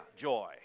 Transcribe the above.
joy